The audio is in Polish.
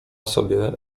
sobie